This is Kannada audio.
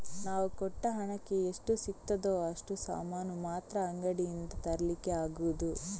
ನಾವು ಕೊಟ್ಟ ಹಣಕ್ಕೆ ಎಷ್ಟು ಸಿಗ್ತದೋ ಅಷ್ಟು ಸಾಮಾನು ಮಾತ್ರ ಅಂಗಡಿಯಿಂದ ತರ್ಲಿಕ್ಕೆ ಆಗುದು